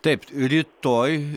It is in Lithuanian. taip rytoj